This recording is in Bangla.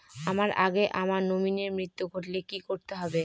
আমার আগে আমার নমিনীর মৃত্যু ঘটলে কি করতে হবে?